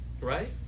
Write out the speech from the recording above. Right